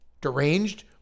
Deranged